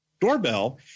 doorbell